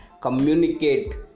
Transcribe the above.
communicate